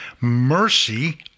mercy